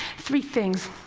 three things.